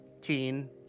Teen